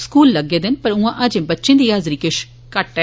school लग्गे दे न पर उयां अजें बच्चें दी हाजरी किश घट्ट ऐ